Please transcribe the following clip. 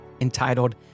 entitled